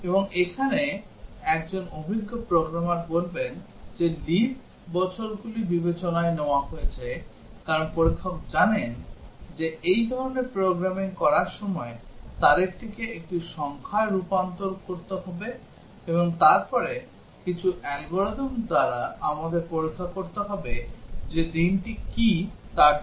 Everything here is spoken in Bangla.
এবং এখানে একজন অভিজ্ঞ প্রোগ্রামার বলবেন যে লিপ বছরগুলি বিবেচনায় নেওয়া হয়েছে কারণ পরীক্ষক জানেন যে এই ধরণের প্রোগ্রামিং করার সময় তারিখটিকে একটি সংখ্যায় রূপান্তর করতে হবে এবং তারপরে কিছু অ্যালগরিদম দ্বারা আমাদের পরীক্ষা করতে হবে যে দিনটি কী তার জন্য